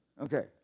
Okay